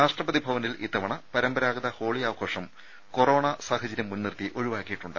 രാഷ്ട്രപതി ഭവനിൽ ഇത്തവണ പരമ്പരാഗത ഹോളി ആഘോഷം കൊറോണ സാഹചര്യം മുൻനിർത്തി ഒഴിവാക്കിയിട്ടുണ്ട്